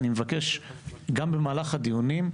אני מבקש גם במהלך הדיונים,